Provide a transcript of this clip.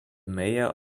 mayor